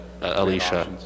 alicia